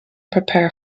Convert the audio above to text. prepare